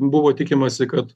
buvo tikimasi kad